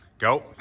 go